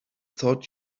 thought